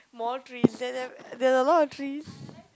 more trees there there there are a lot of trees